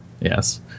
yes